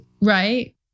right